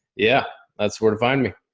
yeah, that's where to find me.